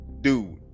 Dude